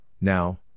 now